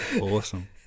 Awesome